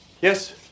Yes